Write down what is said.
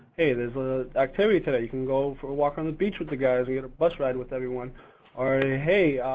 hey, there's a activity today. you can go for a walk on the beach with the guys and get a bus ride with everyone or, hey,